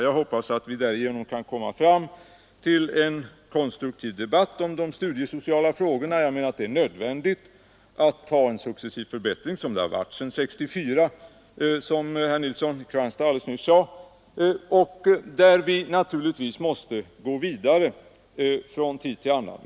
Jag hoppas att vi därigenom kan komma fram till en mer konstruktiv debatt om de studiesociala frågorna. Jag menar att det är nödvändigt att även i fortsättningen genomföra en successiv förbättring på det sätt som skett sedan 1964 och som alldeles nyss påpekades av herr Nilsson i Kristianstad.